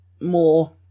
more